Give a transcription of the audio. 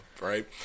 right